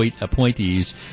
appointees